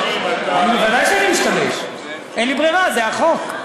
בוודאי שאני משתמש, אין לי ברירה, זה החוק.